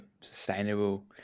sustainable